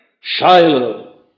Shiloh